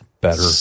Better